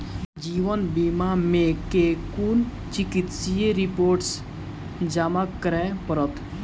जीवन बीमा मे केँ कुन चिकित्सीय रिपोर्टस जमा करै पड़त?